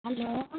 hello